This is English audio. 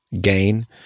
gain